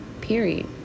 Period